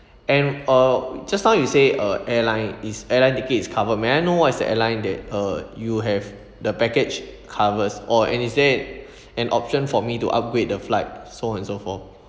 and uh just now you say uh airline is airline ticket is cover may I know what is the airline that uh you have the package covers or is there an option for me to upgrade the flight so and so forth